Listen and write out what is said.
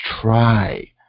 try